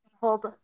Hold